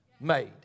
made